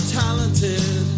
talented